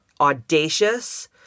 Audacious